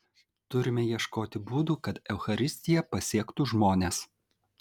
turime ieškoti būdų kad eucharistija pasiektų žmones